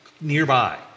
nearby